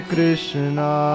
Krishna